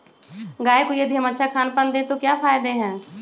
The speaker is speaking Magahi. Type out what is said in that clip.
गाय को यदि हम अच्छा खानपान दें तो क्या फायदे हैं?